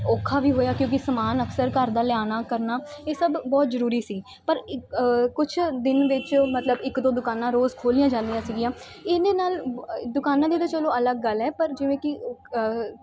ਔਖਾ ਵੀ ਹੋਇਆ ਕਿਉਂਕਿ ਸਮਾਨ ਅਕਸਰ ਘਰ ਦਾ ਲਿਆਉਣਾ ਕਰਨਾ ਇਹ ਸਭ ਬਹੁਤ ਜ਼ਰੂਰੀ ਸੀ ਪਰ ਇ ਕੁਛ ਦਿਨ ਵਿੱਚ ਮਤਲਬ ਇੱਕ ਦੋ ਦੁਕਾਨਾਂ ਰੋਜ਼ ਖੋਲ੍ਹੀਆਂ ਜਾਂਦੀਆਂ ਸੀਗੀਆਂ ਇਹਦੇ ਨਾਲ ਦੁਕਾਨਾਂ ਦੇ ਤਾਂ ਚਲੋ ਅਲੱਗ ਗੱਲ ਹੈ ਪਰ ਜਿਵੇਂ ਕਿ ਇ